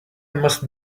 must